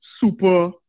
super